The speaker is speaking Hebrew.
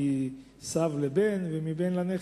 מסב לבן ומבן לנכד.